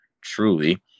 truly